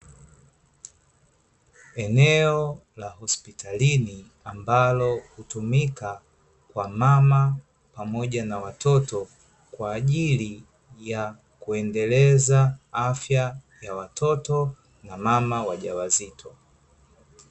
Eneo la hospitalini, ambalo hutumika kwa mama pamoja na watoto, kwa ajili ya kuendeleza afya ya watoto, na mama wajawazito.